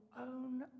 own